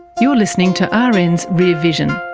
you're listening to ah rn's rear vision.